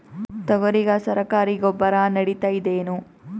ತೊಗರಿಗ ಸರಕಾರಿ ಗೊಬ್ಬರ ನಡಿತೈದೇನು?